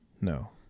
No